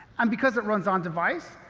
and, because it runs on device,